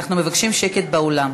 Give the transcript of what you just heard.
אנחנו מבקשים שקט באולם.